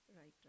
Right